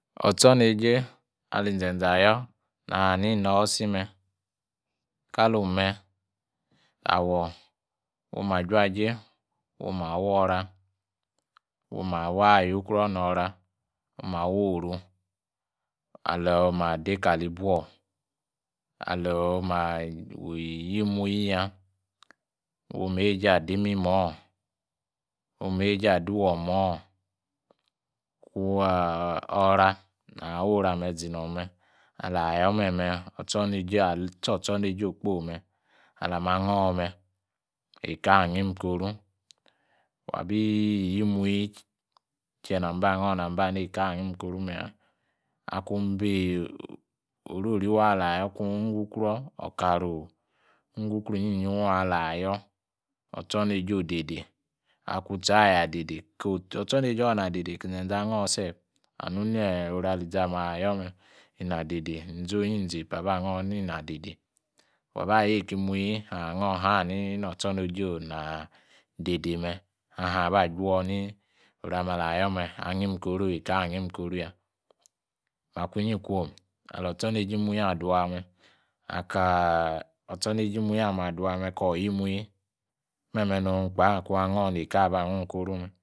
Atchoor neijei alinzeze yoor ha ha ni nosi me kalung me awor woma juajei woma wuora. Woma waa yuukroor nor ora, woma wo oru alor oma dei ka li buor. Aloo ma iyimuyi ya. Woo ma weijei adi mimo. Woma weijaa duo wormo. Waa ora naa worame zinong me. Alaha yoor me me ya wa waa tchor otchor neijei okposi me ala mi angor me eikoor angim koru. Wa bi yi muyi kie nam ba hani neikor agim koru me ya. Kun bi orori waa ala ha yoor, otchor neijei odeidei, akuun utchioor ayaa dei dei akoor otoor neijei oor ina dei dei kinzeze angoor sef, anunee oramo alizame ayoor me ina dei dei inzonyi inzi epa aba angoor ni na dei dei. Waah yeiki muyi ahin angoor angi aa hani notchor neijei odei odei ni me ahin abajuor ni oruame alaha yoor me angin koru, eikah agim koru ya. Makunyi ikwo malotchor neiji muyi aduame akaa ochoneiji muyi ame adua me akoor iyimuyi, meme no nu kpa akung angoor neikoor kpa aba angung korume